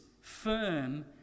firm